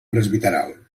presbiteral